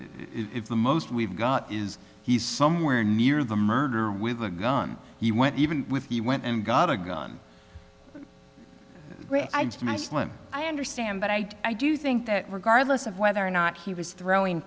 if the most we've got is he's somewhere near the murder with a gun he went even with he went and got a gun slim i understand but i i do think that regardless of whether or not he was throwing